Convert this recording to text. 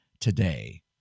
today